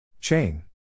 Chain